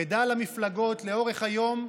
מידע על המפלגות לאורך היום,